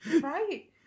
right